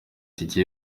tike